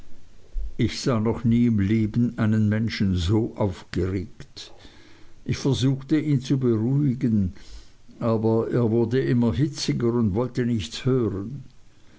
ich sah noch nie im leben einen menschen so aufgeregt ich versuchte ihn zu beruhigen aber er wurde immer hitziger und wollte nichts hören